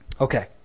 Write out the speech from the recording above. Okay